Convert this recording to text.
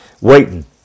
waiting